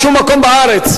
בשום מקום בארץ,